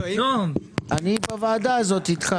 אני בוועדה הזאת איתך.